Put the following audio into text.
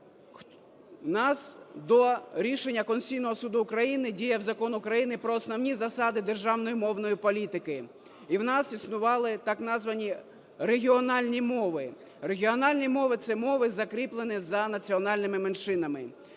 У нас до рішення Конституційного Суду України діяв Закон України про основні засади державної мовної політики. І у нас існували так названі регіональні мови. Регіональні мови – це мови, закріплені за національними меншинами.